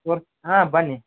ತೋರ್ಸಿ ಹಾಂ ಬನ್ನಿ